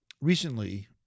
recently